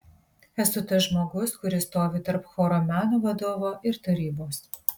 esu tas žmogus kuris stovi tarp choro meno vadovo ir tarybos